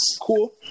cool